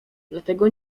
dlatego